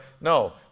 No